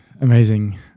amazing